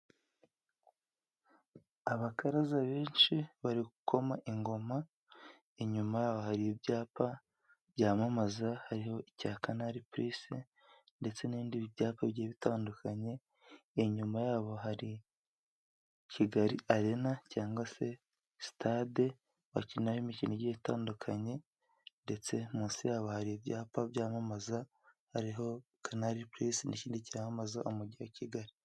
Abakaraza benshi bari gukoma ingoma. Inyuma yabo hari ibyapa byamamaza, hariho icya kanari price ndetse n'ibindi byapa bigiye bitandukanye. Inyuma yabo hari Kigali Arena cyangwa se sitade bakinaho imikino igiye itandukanye. Ndetse munsi hari ibyapa byamamaza, hariho kanari price ndetse n'ikindi cyamamaza Umujyi wa Kigali.